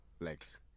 legs